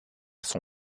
son